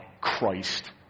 Christ